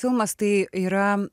filmas tai yra